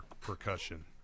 percussion